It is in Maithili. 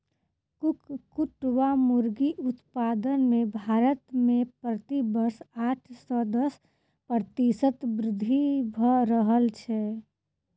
कुक्कुट वा मुर्गी उत्पादन मे भारत मे प्रति वर्ष आठ सॅ दस प्रतिशत वृद्धि भ रहल छै